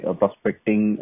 prospecting